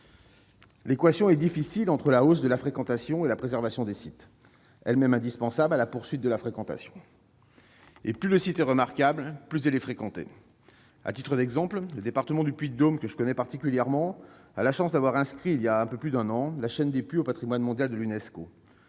L'équation est difficile à résoudre, entre la hausse de la fréquentation et la préservation des sites, elle-même indispensable à la poursuite de cette fréquentation. Plus le site est remarquable, plus il est fréquenté. À titre d'exemple, le département du Puy-de-Dôme, que je connais particulièrement, a la chance d'avoir fait inscrire, voilà un peu plus d'un an, la chaîne des Puys au patrimoine mondial de l'Unesco.